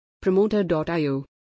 Promoter.io